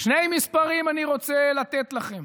שני מספרים אני רוצה לתת לכם: